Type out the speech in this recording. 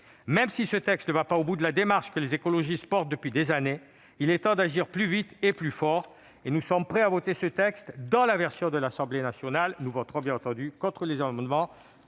Même si ce texte ne va pas au bout de la démarche que les écologistes portent depuis des années, il est temps d'agir plus vite et plus fort. Nous sommes prêts à voter ce texte dans sa version issue de l'Assemblée nationale. Nous voterons, bien entendu, contre les amendements